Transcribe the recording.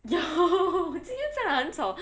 有今天真的很丑